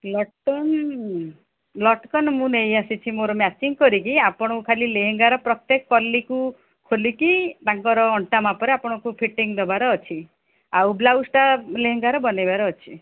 ଲଟକନ୍ ଲଟକନ୍ ମୁଁ ନେଇ ଆସିଛି ମୁଁ ମ୍ୟାଚିଂ କରିକି ଆପଣଙ୍କୁ ଖାଲି ଲେହେଙ୍ଗାର ପ୍ରତ୍ୟେକ ପଲି୍କୁ ଖୋଲିକି ତାଙ୍କର ଅଣ୍ଟା ମାପରେ ଆପଣଙ୍କୁ ଫିଟିଂ ଦେବାର ଅଛି ଆଉ ବ୍ଲାଉଜ୍ଟା ଲେହେଙ୍ଗାର ବନେଇବାର ଅଛି